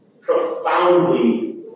profoundly